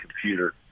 computer